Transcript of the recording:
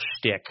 shtick